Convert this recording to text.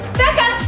becca!